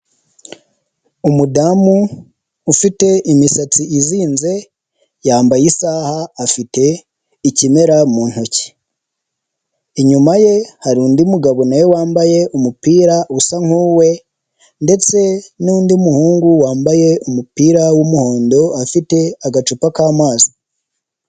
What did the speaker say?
Umudamu ufite imisatsi izinze, yambaye isaha, afite ikimera mu ntoki, inyuma ye hari undi mugabo na we wambaye umupira usa nk'uwe ndetse n'undi muhungu wambaye umupira w'umuhondo afite agacupa k'amazi.